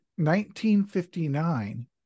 1959